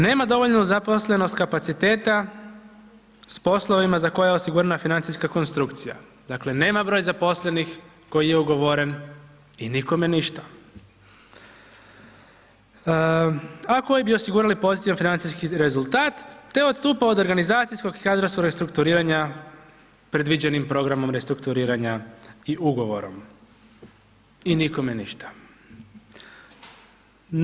Dalje, nema dovoljno zaposlenost kapaciteta s poslovima za koje je osigurana financijska konstrukcija, dakle, nema broj zaposlenih koji je ugovoren i nikome ništa, a koji bi osigurali pozitivan financijski rezultat, te odstupao od organizacijskog i kadrovskog restrukturiranja predviđenim programom restrukturiranja i ugovorom i nikome ništa.